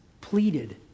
pleaded